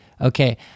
Okay